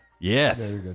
Yes